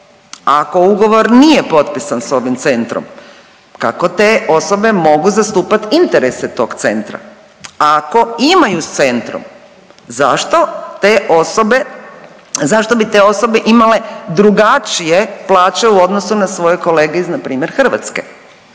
ako ugovor nije potpisan s ovim centrom kako te osobe mogu zastupat interese tog centra? A ako imaju s centrom zašto te osobe, zašto bi te osobe imale drugačije plaće u odnosu na svoje kolege iz npr. Hrvatske?